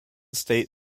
state